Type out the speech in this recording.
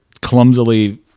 clumsily